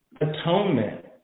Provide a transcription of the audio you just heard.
atonement